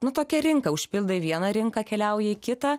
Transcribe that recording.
nu tuokia rinka užpildai vieną rinką keliauji į kitą